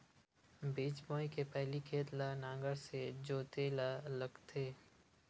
बीज बोय के पहिली खेत ल नांगर से जोतेल लगथे?